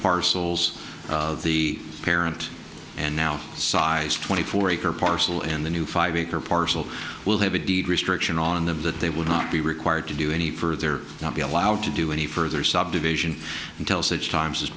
parcels of the parent and now size twenty four acre parcel in the new five acre parcel will have a deed restriction on them that they would not be required to do any further not be allowed to do any further subdivision until such times